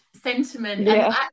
sentiment